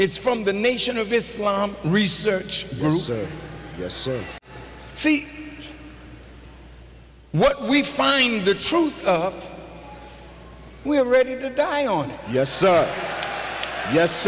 it's from the nation of islam research yes i see what we find the truth we are ready to die on yes yes